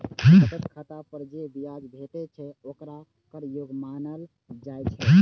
बचत खाता पर जे ब्याज भेटै छै, ओकरा कर योग्य मानल जाइ छै